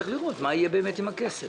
צריך לראות מה יהיה עם הכסף,